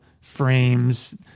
frames